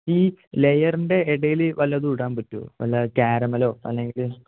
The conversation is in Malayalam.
ഈ ലെയേറിൻ്റെ ഇടയിൽ വല്ലതും ഇടാൻ പറ്റുമോ വല്ല കാരമലോ അല്ലെങ്കിൽ